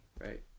right